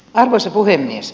arvoisa puhemies